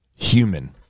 human